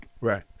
right